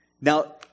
Now